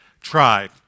Try